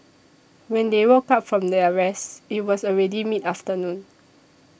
when they woke up from their rest it was already mid afternoon